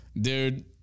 dude